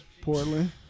Portland